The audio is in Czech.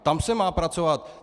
Tam se má pracovat.